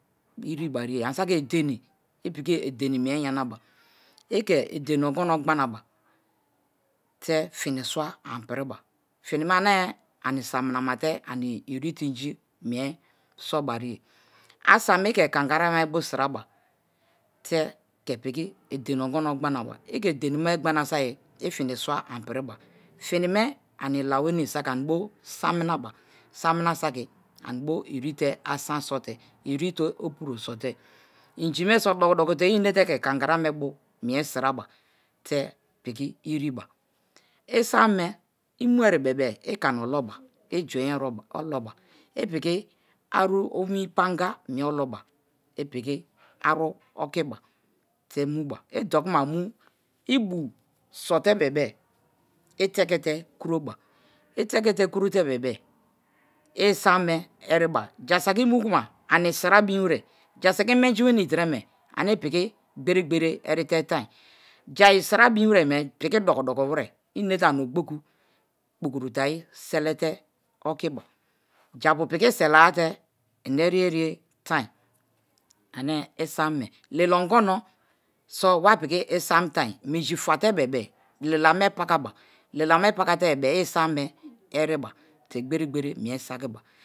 irebariye ani saki edini i piki edeni mie yana ba ike edem ogono gbanabo te̱ fini swa ani piniba. Finime ane ani samuno mate ani irete inji mie sob arie, asan me i ke̱ kangarame bo siraba te ke edenime gbanate ifini sira anippiriba finime finilaweni saki anibo samunoba ani samunosaki ani bo erite asan sote erite opuro site. Injime so dokokowere inete ke kangarame bio mie saraba te piki ireba isam mw inweri bebe i cana oloba i juin oloba ipiki aru owin panga mie oloba ipiki aru okiba te muba. I dokuma omu i bu so te bebe-e i tekote kuroba i tekete kurote bebe-e isma me eriba, jasiki i mukuma ani sira bin were jasiki imenji weni terome ane ipiki gbere gbere erite tan, jai sira bim were yeme piki doko doko were i inate ani ogboku kpokoro te ayi selete okiba japu piki selanate ineriye-riye tan ane isame lila ogono so wapiki isam minji fate bebe lila me pakaba, lila me pakate-e i isame eriba te gbe̱re̱-gbe̱re̱ mie saki̱ba.